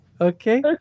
Okay